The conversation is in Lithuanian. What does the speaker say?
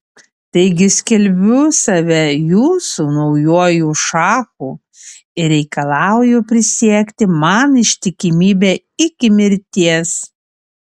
taigi skelbiu save jūsų naujuoju šachu ir reikalauju prisiekti man ištikimybę iki mirties